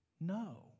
no